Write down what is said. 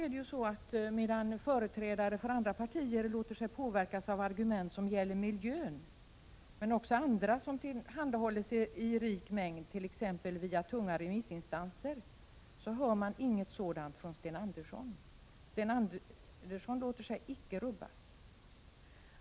25 november 1987 Medan företrädare för andra partier låter sig påverkas av argument som = Za oode a a d PE Ers Öresundsförgäller miljön men också av andra argument som tillhandahålls i rik mängd bindelsernå t.ex. via tunga remissinstanser, så hör man ingenting från Sten Andersson som tyder på någon sådan påverkan. Sten Andersson låter sig icke rubbas.